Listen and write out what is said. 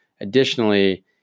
Additionally